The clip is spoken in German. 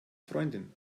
freundin